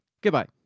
Goodbye